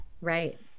right